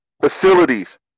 facilities